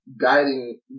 guiding